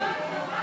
פורר,